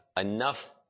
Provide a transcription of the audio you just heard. enough